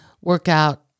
workout